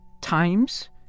Times